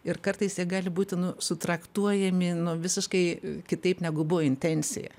ir kartais jie gali būti nu sutraktuojami visiškai kitaip negu buvo intencija